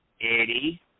Eddie